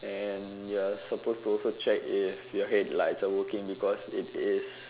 and you're supposed to also check if your headlights are working because it is